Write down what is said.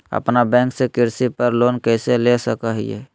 अपना बैंक से कृषि पर लोन कैसे ले सकअ हियई?